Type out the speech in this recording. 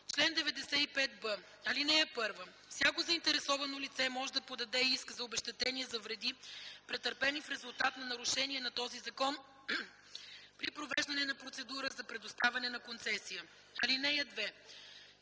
Чл. 95б. (1) Всяко заинтересовано лице може да подаде иск за обезщетение за вреди, претърпени в резултат на нарушение на този закон при провеждане на процедура за предоставяне на концесия. (2)